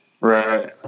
Right